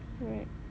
right